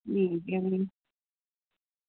एह्